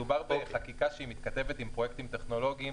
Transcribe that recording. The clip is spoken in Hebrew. מדובר בחקיקה שמתכתבת עם פרויקטים טכנולוגיים